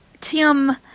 Tim